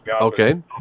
Okay